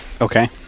Okay